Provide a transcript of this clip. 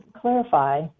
clarify